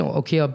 okay